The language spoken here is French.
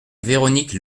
véronique